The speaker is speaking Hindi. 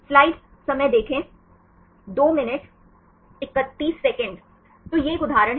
तो यह एक उदाहरण है